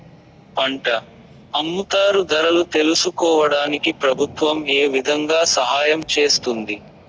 పంట అమ్ముతారు ధరలు తెలుసుకోవడానికి ప్రభుత్వం ఏ విధంగా సహాయం చేస్తుంది?